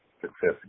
success